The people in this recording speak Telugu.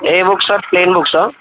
A books sir plain బుక్సా